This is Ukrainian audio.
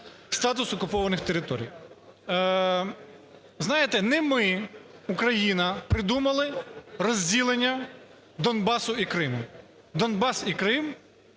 статус окупованих територій. Знаєте, не ми, Україна, придумали розділення Донбасу і Криму. Донбас і Крим